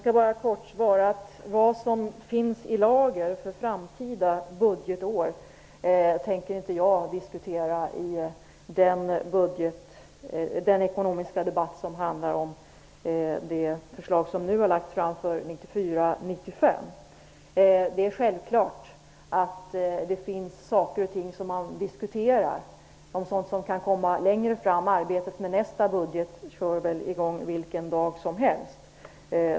Herr talman! Vad som för framtida budgetår finns i lager tänker jag inte diskutera i denna ekonomiska debatt som handlar om de förslag som har lagts fram för budgetåret 1994/95. Självfallet diskuteras det som kan bli aktuellt längre fram i tiden. Arbetet med nästa budget startar nog vilken dag som helst.